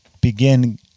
begin